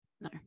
No